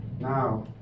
now